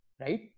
right